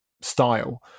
style